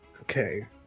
Okay